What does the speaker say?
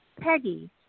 Peggy